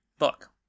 look